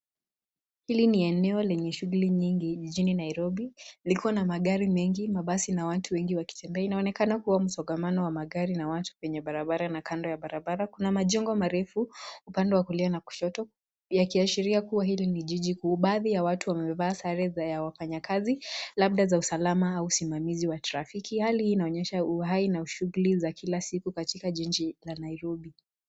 Hili ni eneo lenye shuguli nyingi jijini Nariobi liko na magari mengi, mabasi na watu wengi wakitembea inaonekana kuwa msongamano wa magari na watu kwenye barabara na kando ya barabara kuna majengo marefu upande wa kulia na kushoto yakiashiria kuwa hili ni jiji kuu. Baadhi ya watu wamevaa sare za ya wafanyakazi labda za usalama ama usimamizi wa trafiki hali hii inaonyesha uhai na shuguli za kila siku katika jiji la Nairobi.